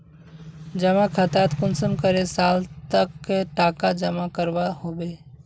जमा खातात कुंसम करे साल तक टका जमा करवा होबे?